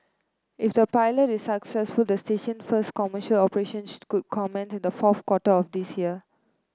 if the pilot is successful the station first commercial operations could comment in the fourth quarter of this year